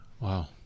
Wow